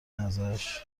ازش